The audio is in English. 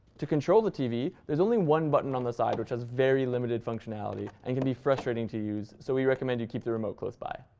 to control the tv, there's only one button on the side which has very limited functionality and can be frustrating to use, so we recommend you keep the remote close by.